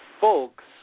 folks